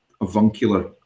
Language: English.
avuncular